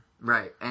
Right